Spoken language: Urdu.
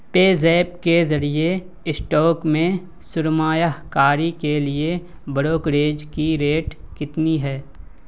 پےزیپ کے ذریعے اسٹاک میں سرمایہ کاری کے لیے بروکریج کی ریٹ کتنی ہے